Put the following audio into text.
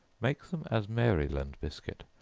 make them as maryland biscuit,